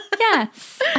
Yes